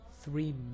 three